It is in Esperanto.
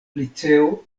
liceo